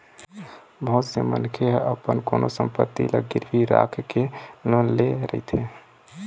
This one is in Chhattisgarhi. बहुत से मनखे ह अपन कोनो संपत्ति ल गिरवी राखके लोन ले रहिथे